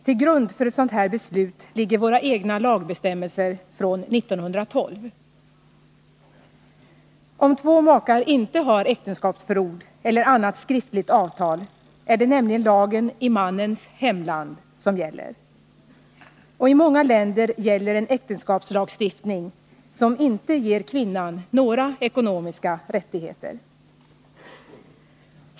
Till grund för ett sådant här beslut ligger lagbestämmelser från 1912. ; nämligen lagen i mannens hemland som gäller. Och i många länder gäller en äktenskapslagstiftning som inte ger kvinnan några ekonomiska rättigheter.